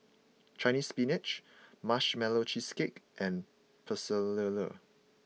Chinese Spinach Marshmallow Cheesecake and Pecel Lele